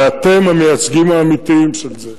ואתם המייצגים האמיתיים של זה,